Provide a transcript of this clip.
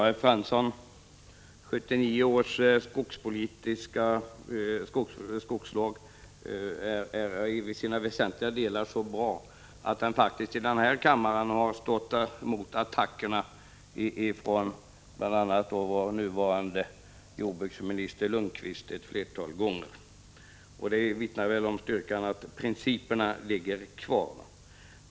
Fru talman! 1979 års skogslag är i väsentliga delar så bra, Jan Fransson, att den faktiskt i den här kammaren har stått emot attackerna från bl.a. nuvarande jordbruksministern Svante Lundkvist ett flertal gånger. Det vittnar väl om styrka att principerna ligger fast.